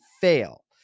fail